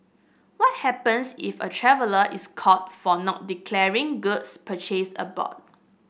what happens if a traveller is caught for not declaring goods purchased aboard